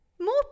more